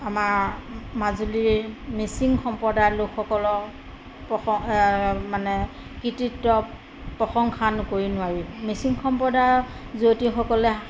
আমাৰ মাজুলীৰ মিচিং সম্প্ৰদায়ৰ লোকসকলৰ প্ৰসং মানে কৃৰ্তিত্ব প্ৰশংসা নকৰি নোৱাৰি মিচিং সম্প্ৰদায়ৰ যুৱতীসকলে